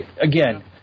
Again